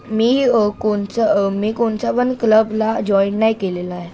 मी कोणच मी कोणचा पण क्लब ला जॉईन नाही केलेला आहे